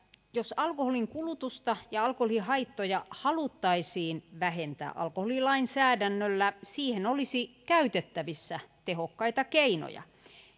jos alkoholin kulutusta ja alkoholihaittoja haluttaisiin vähentää alkoholilainsäädännöllä siihen olisi käytettävissä tehokkaita keinoja